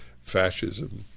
fascism